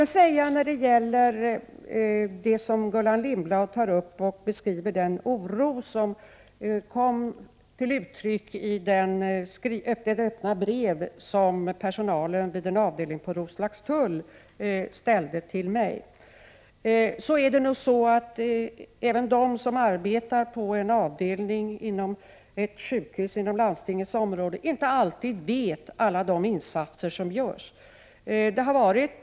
Gullan Lindblad tog i sitt inlägg upp den oro som kom till uttryck i det öppna brev som personalen vid en avdelning på Roslagstulls sjukhus ställde till mig. Men även beträffande människor som arbetar på en avdelning på ett sjukhus inom landstingets område gäller att de inte alltid känner till alla de insatser som görs.